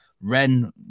Ren